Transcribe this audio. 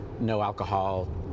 no-alcohol